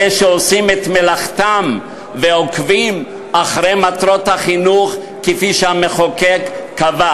אלה שעושים את מלאכתם ועוקבים אחרי מטרות החינוך כפי שהמחוקק קבע: